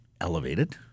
elevated